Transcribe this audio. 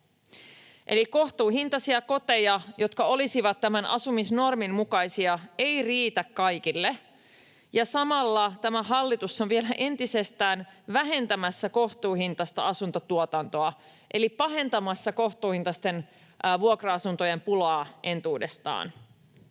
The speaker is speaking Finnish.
Eli kohtuuhintaisia koteja, jotka olisivat tämän asumisnormin mukaisia, ei riitä kaikille, ja samalla tämä hallitus on vielä entisestään vähentämässä kohtuuhintaista asuntotuotantoa eli pahentamassa kohtuuhintaisten vuokra-asuntojen pulaa entuudestaan.